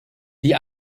die